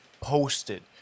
posted